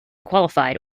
qualified